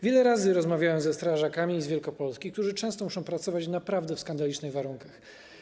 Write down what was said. Wiele razy rozmawiałem ze strażakami z Wielkopolski, którzy często muszą pracować naprawdę w skandalicznych warunkach.